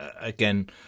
again